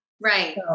Right